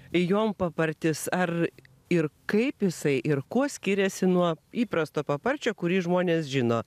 jonpapartis ar ir kaip jisai ir kuo skiriasi nuo įprasto paparčio kurį žmonės žino